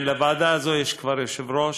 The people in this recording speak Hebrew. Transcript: לוועדה הזאת יש כבר יושב-ראש,